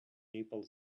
nepal